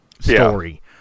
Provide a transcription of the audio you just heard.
story